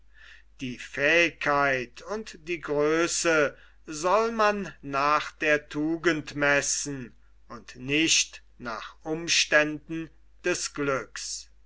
die fähigkeit und die größe soll man nach der tugend messen und nicht nach umständen des glücks